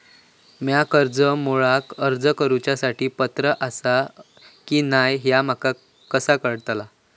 म्या कर्जा मेळाक अर्ज करुच्या साठी पात्र आसा की नसा ह्या माका कसा कळतल?